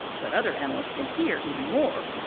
but other animals can hear even more.